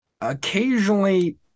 occasionally